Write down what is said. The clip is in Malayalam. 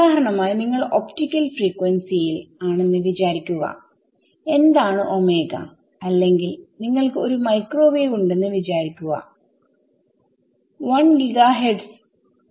ഉദാഹരണമായി നിങ്ങൾ ഒപ്റ്റിക്കൽ ഫ്രീക്വൻസിയിൽ ആണെന്ന് വിചാരിക്കുക എന്താണ് ഒമേഗ അല്ലെങ്കിൽ നിങ്ങൾക്ക് ഒരു മൈക്രോവേവ്ഉണ്ടെന്നു വിചാരിക്കുക1 ഗിഗഹെർട്ട്സ് 10 to 9 ആണ്